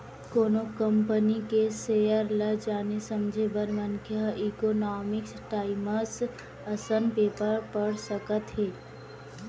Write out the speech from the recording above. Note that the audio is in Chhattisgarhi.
कोनो कंपनी के सेयर ल जाने समझे बर मनखे ह इकोनॉमिकस टाइमस असन पेपर पड़ सकत हे